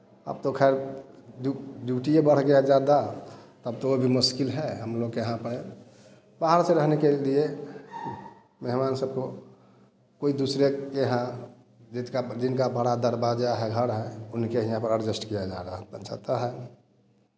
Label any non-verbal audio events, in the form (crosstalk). अब तो खैर ड्यूटीये बढ़ गया ज़्यादा तब तो वो भी मुश्किल है हम लोग के यहाँ पे बाहर से रहने के लिए मेहमान सबको कोई दूसरे के यहाँ जितका जिनका बड़ा दरवाज़ा है घर है उनके यहाँ पर अड्जॅष्ट किया जा रहा है (unintelligible) है